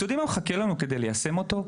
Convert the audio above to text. אתם יודעים מה מחכה לנו כדי ליישם אותו?